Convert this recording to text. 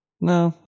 No